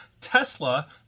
Tesla